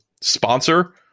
sponsor